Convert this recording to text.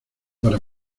para